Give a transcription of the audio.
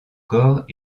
corps